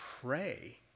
pray